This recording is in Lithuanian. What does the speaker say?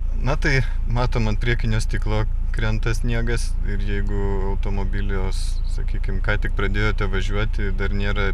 na tai matom ant priekinio stiklo krenta sniegas ir jeigu automobiliuos sakykim ką tik pradėjote važiuoti dar nėra